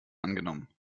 angenommen